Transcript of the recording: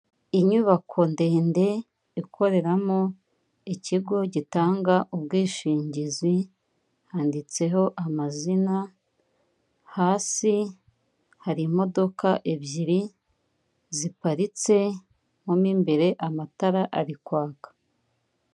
Inyubako ndende ikoreramo ikigo gitanga ubwishingizi, handitseho amazina, hasi hari imodoka ebyiri ziparitse, mo mu imbere amatara ari kwaka.